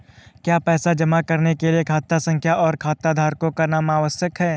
क्या पैसा जमा करने के लिए खाता संख्या और खाताधारकों का नाम आवश्यक है?